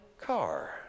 car